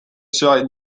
serait